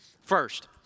First